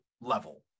level